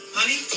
honey